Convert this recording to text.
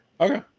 Okay